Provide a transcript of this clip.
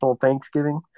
Thanksgiving